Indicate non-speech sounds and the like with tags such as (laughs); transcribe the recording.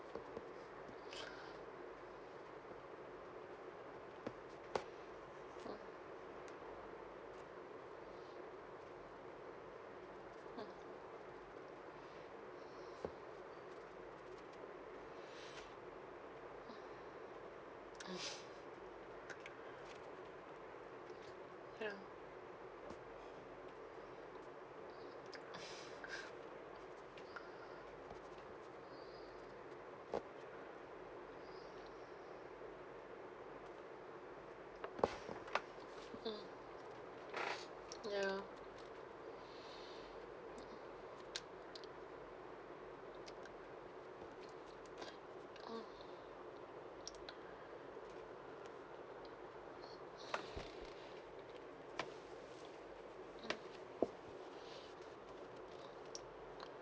(laughs) ya uh ya uh